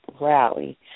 rally